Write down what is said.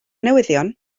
newyddion